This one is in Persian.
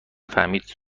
فهمید